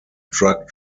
drug